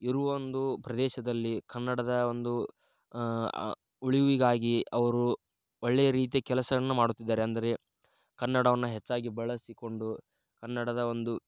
ಇರುವ ಒಂದು ಪ್ರದೇಶದಲ್ಲಿ ಕನ್ನಡದ ಒಂದು ಉಳಿವಿಗಾಗಿ ಅವರು ಒಳ್ಳೆಯ ರೀತಿಯ ಕೆಲಸವನ್ನು ಮಾಡುತ್ತಿದ್ದಾರೆ ಅಂದರೆ ಕನ್ನಡವನ್ನು ಹೆಚ್ಚಾಗಿ ಬಳಸಿಕೊಂಡು ಕನ್ನಡದ ಒಂದು